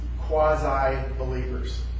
quasi-believers